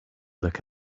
look